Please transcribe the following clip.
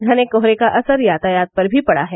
घने कोहरे का असर यातायात पर भी पड़ा है